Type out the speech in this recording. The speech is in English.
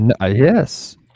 yes